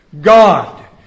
God